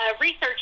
research